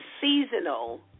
seasonal